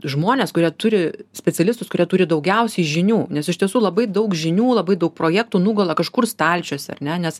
žmones kurie turi specialistus kurie turi daugiausiai žinių nes iš tiesų labai daug žinių labai daug projektų nugula kažkur stalčiuose ar ne nes